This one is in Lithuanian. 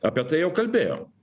apie tai jau kalbėjom